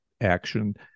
action